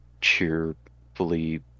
cheerfully